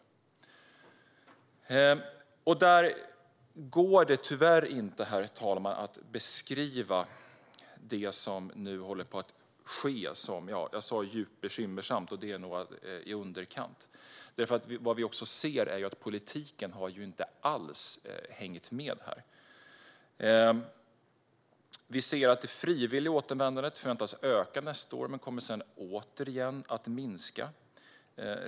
Herr talman! Jag beskrev det som nu håller på att ske som djupt bekymmersamt, och det är nog i underkant. Vi ser nämligen också att politiken inte alls har hängt med här. Vi ser att det frivilliga återvändandet förväntas öka nästa år men att det därefter återigen förväntas minska.